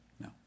No